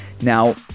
Now